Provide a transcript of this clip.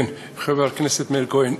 כן, חבר הכנסת מאיר כהן.